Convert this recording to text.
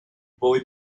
boy